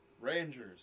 rangers